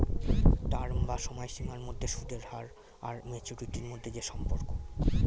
term বা সময়সীমার মধ্যে সুদের হার আর ম্যাচুরিটি মধ্যে যে সম্পর্ক